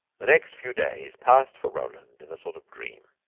the next few days passed for roland in a sort of dream.